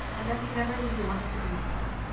and that they never really wanted to be with her.